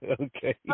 okay